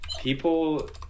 people